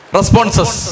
Responses